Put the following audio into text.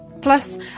Plus